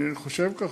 אני חושב כך,